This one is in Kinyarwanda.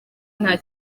nta